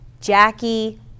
Jackie